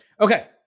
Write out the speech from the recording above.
Okay